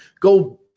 go